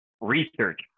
research